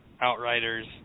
Outriders